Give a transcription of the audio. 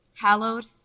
hallowed